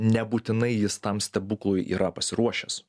nebūtinai jis tam stebuklui yra pasiruošęs